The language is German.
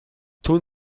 tun